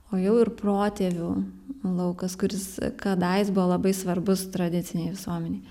o jau ir protėvių laukas kuris kadais buvo labai svarbus tradicinei visuomenei